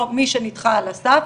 או מי שנדחה על הסף,